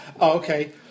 okay